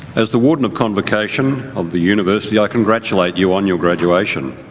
as the warden of convocation of the university, i congratulate you on your graduation.